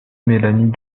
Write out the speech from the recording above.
mélanie